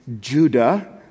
Judah